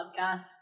podcast